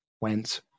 went